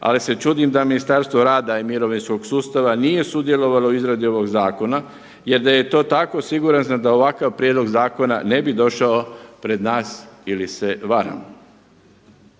ali se čudim da Ministarstvo rada i mirovinskog sustava nije sudjelovalo u izradi ovog zakona. Jer da je to tako siguran sam da ovakav prijedlog zakona ne bi došao pred nas ili se varam?